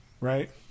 right